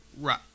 Right